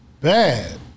Bad